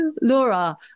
Laura